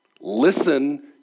listen